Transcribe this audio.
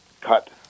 cut